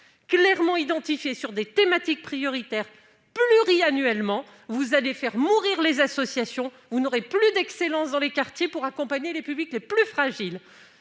clairement identifiée, des thématiques prioritaires et la pluriannualité, vous allez faire mourir les associations et vous n'aurez plus d'excellence dans les quartiers pour accompagner les publics les plus fragiles.